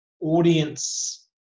audience